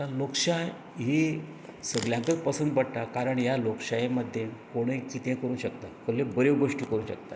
लोकशाय ही सगल्यांकच पसंत पडटा कारण ही लोकशाये मध्ये कोणय कितेंय करूंक शकतां कसल्यो बऱ्यों गोश्टी करूंक शकतां